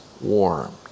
warmed